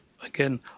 again